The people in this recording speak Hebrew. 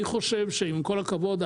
אני חושב שעם כל הכבוד,